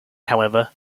however